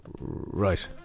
right